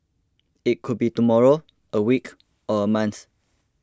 it could be tomorrow a week or a month